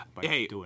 Hey